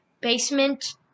basement